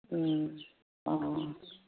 অঁ